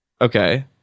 Okay